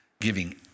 giving